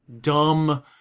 dumb